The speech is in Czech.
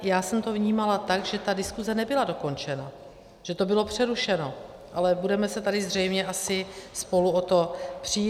Já jsem to vnímala tak, že ta diskuse nebyla dokončena, že to bylo přerušeno, ale budeme se tady zřejmě asi spolu o to přít.